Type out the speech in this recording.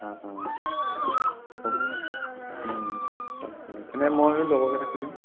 অঁ অঁ হ'ব তাকেই তেনে ময়ো লগৰকেইটাক সুধিম